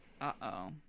Uh-oh